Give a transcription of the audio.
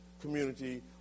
community